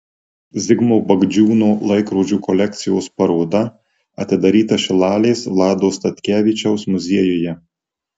zigmo bagdžiūno laikrodžių kolekcijos paroda atidaryta šilalės vlado statkevičiaus muziejuje